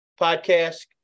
podcast